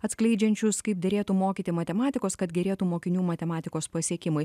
atskleidžiančius kaip derėtų mokyti matematikos kad gerėtų mokinių matematikos pasiekimai